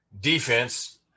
defense